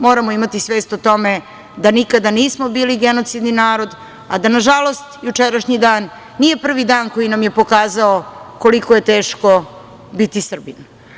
Moramo imati svest o tome da nikada nismo bili genocidni narod, a da nažalost jučerašnji dan nije prvi dan koji nam je pokazao koliko je teško biti Srbin.